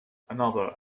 another